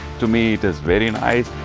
to me it is very nice